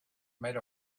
made